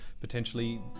potentially